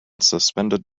suspended